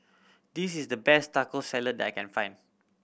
this is the best Taco Salad I can find